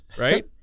right